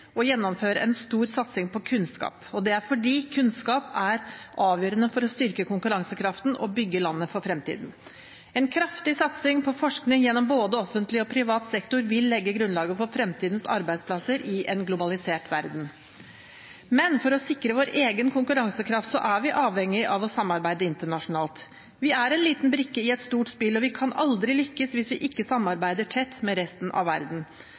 gjennomføre en stor satsing på kunnskap. Det er fordi kunnskap er avgjørende for å styrke konkurransekraften og bygge landet for fremtiden. En kraftig satsing på forskning, gjennom både offentlig og privat sektor, vil legge grunnlaget for fremtidens arbeidsplasser i en globalisert verden. Men for å sikre vår egen konkurransekraft er vi avhengig av å samarbeide internasjonalt. Vi er en liten brikke i et stort spill, og vi kan aldri lykkes hvis vi ikke samarbeider tett med resten av verden.